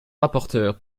rapporteur